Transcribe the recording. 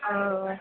ആഹ്